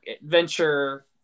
adventure